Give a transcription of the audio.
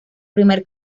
primer